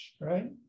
right